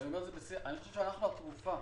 אני חושב שאנחנו התרופה.